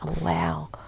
allow